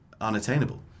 unattainable